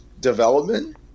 development